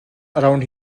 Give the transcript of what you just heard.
around